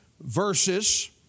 verses